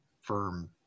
firm